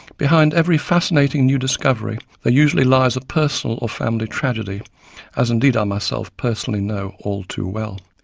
behind every fascinating new discovery, there usually lies a personal or family tragedy as indeed i myself personally know all too well.